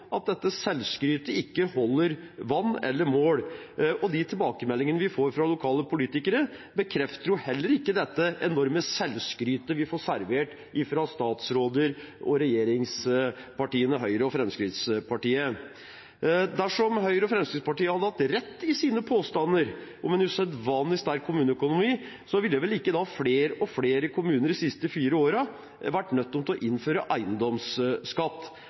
at dette selvskrytet ikke holder vann eller mål. De tilbakemeldingene vi får fra lokale politikere, bekrefter heller ikke dette enorme selvskrytet vi får servert fra statsråder og regjeringspartiene Høyre og Fremskrittspartiet. Dersom Høyre og Fremskrittspartiet hadde hatt rett i sine påstander om en usedvanlig sterk kommuneøkonomi, ville vel ikke flere og flere kommuner de siste fire årene vært nødt til å innføre eiendomsskatt.